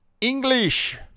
English